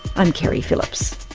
i'm keri phillips